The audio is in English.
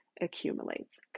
accumulates